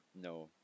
No